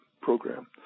program